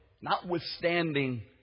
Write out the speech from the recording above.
notwithstanding